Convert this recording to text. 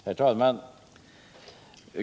Herr talman!